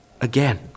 again